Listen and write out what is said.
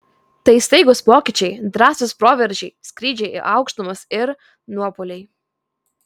tai staigūs pokyčiai drąsūs proveržiai skrydžiai į aukštumas ir nuopuoliai